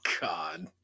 God